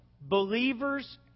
believers